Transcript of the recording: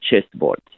chessboard